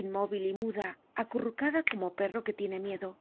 inmóvil y muda acurrucada como perro que tiene miedo